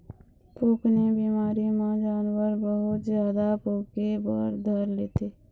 पोकनी बिमारी म जानवर बहुत जादा पोके बर धर लेथे